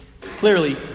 clearly